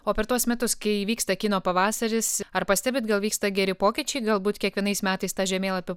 o per tuos metus kai vyksta kino pavasaris ar pastebit gal vyksta geri pokyčiai galbūt kiekvienais metais tą žemėlapį